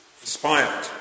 inspired